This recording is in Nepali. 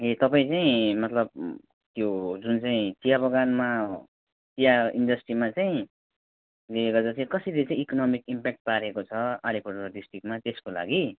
ए तपाईँ चाहिँ मतलब त्यो जुन चाहिँ चिया बगानमा चिया इन्डस्ट्रीमा चाहिँ उयो गर्दा चाहिँ कसरी चाहिँ इकोनमिक इम्प्याक्ट पारेको छ पारेको छ अलिपुरद्वार डिस्ट्रिक्टमा त्यसको लागि